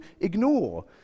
ignore